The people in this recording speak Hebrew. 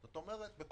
אבל